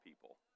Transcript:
people